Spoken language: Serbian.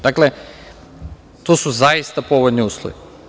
Dakle, to su zaista povoljni uslovi.